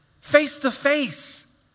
face-to-face